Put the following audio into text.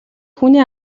хүний